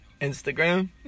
Instagram